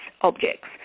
objects